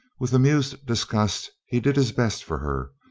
with amused disgust he did his best for her,